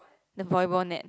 the volleyball net